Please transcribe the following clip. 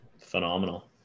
phenomenal